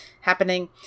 happening